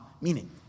meaning